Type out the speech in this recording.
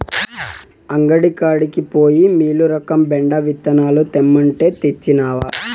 అంగడి కాడికి పోయి మీలురకం బెండ విత్తనాలు తెమ్మంటే, తెచ్చినవా